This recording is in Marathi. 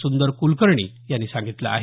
सुंदर क्लकर्णी यांनी सांगितलं आहे